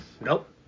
Nope